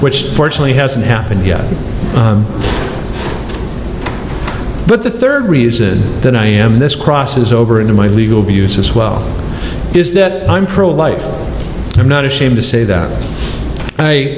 which fortunately hasn't happened yet but the third reason that i am this crosses over into my legal views as well is that i'm pro life i'm not ashamed to say that